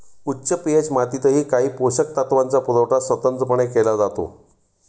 उच्च पी.एच मातीतही काही पोषक तत्वांचा पुरवठा स्वतंत्रपणे केला जातो